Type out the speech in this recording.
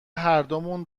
هردومون